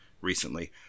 recently